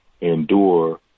endure